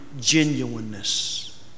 genuineness